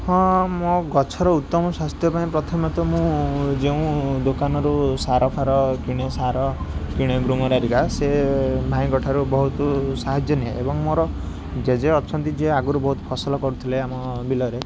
ହଁ ମୁଁ ଗଛର ଉତ୍ତମ ସ୍ୱାସ୍ଥ୍ୟ ପାଇଁ ପ୍ରଥମତଃ ମୁଁ ଯେଉଁ ଦୋକାନରୁ ସାରଫାର କିଣେ ସାର କିଣେ ସେ ଭାଇ କଁ ଠାରୁ ବହୁତ ସାହାଯ୍ୟ ନିଏ ଏବଂ ମୋର ଜେଜେ ଅଛନ୍ତି ଯିଏ ଆଗରୁ ବହୁତ ଫସଲ କରୁଥିଲେ ଆମ ବିଲରେ